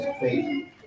faith